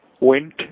went